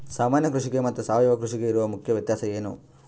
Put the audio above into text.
ಸಾಮಾನ್ಯ ಕೃಷಿಗೆ ಮತ್ತೆ ಸಾವಯವ ಕೃಷಿಗೆ ಇರುವ ಮುಖ್ಯ ವ್ಯತ್ಯಾಸ ಏನು?